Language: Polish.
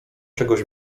czegoś